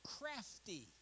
crafty